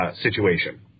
situation